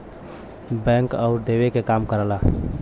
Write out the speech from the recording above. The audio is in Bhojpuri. बैंक उधार देवे क काम करला